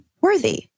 worthy